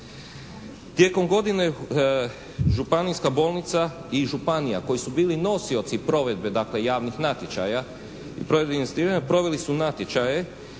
Tijekom godine županijska bolnica i županija koji su bili nosioci provedbe dakle javnih natječaja i … /Govornik se ne razumije./ … proveli su natječaje